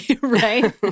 right